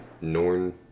Norn